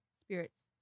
spirits